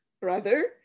brother